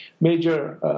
major